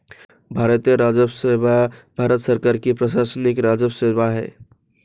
भारतीय राजस्व सेवा भारत सरकार की प्रशासनिक राजस्व सेवा है